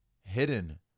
Hidden